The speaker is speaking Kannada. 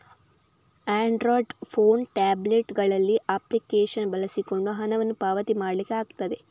ಆಂಡ್ರಾಯ್ಡ್ ಫೋನು, ಟ್ಯಾಬ್ಲೆಟ್ ಗಳಲ್ಲಿ ಅಪ್ಲಿಕೇಶನ್ ಬಳಸಿಕೊಂಡು ಹಣವನ್ನ ಪಾವತಿ ಮಾಡ್ಲಿಕ್ಕೆ ಆಗ್ತದೆ